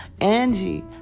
angie